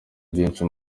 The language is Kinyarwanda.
byinshi